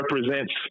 represents